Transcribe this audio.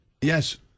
Yes